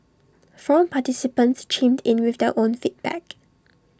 forum participants chimed in with their own feedback